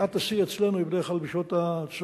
שעת השיא אצלנו היא בדרך כלל בשעות הצהריים,